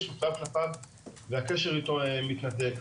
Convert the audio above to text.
והקשר איתו מתנתק,